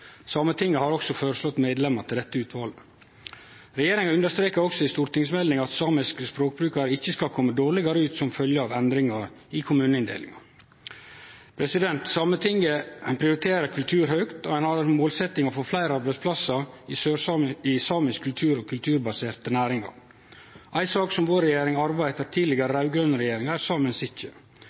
Sametinget har også føreslått medlemmar til dette utvalet. Regjeringa understrekar også i stortingsmeldinga at samiske språkbrukarar ikkje skal kome dårlegare ut som følgje av endringar i kommuneinndelinga. Sametinget prioriterer kultur høgt, og ein har som målsetjing å få fleire arbeidsplassar i samband med samisk kultur og kulturbaserte næringar. Ei sak som vår regjering arva etter tidlegare raud-grøne regjeringar, er